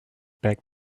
back